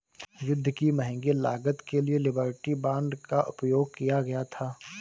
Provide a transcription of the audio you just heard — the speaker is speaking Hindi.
युद्ध की महंगी लागत के लिए लिबर्टी बांड का उपयोग किया गया था